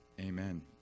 Amen